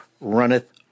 runneth